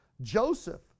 Joseph